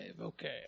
Okay